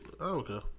okay